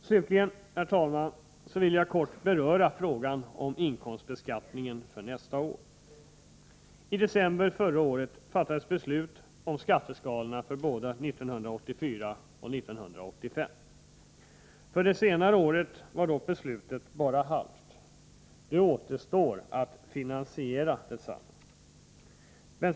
Jag vill sedan, herr talman, kort beröra frågan om inkomstbeskattningen för nästa år. I december förra året fattades beslut om skatteskalorna för både 1984 och 1985. För det senare året var dock beslutet bara halvt — det återstår att finansiera detsamma.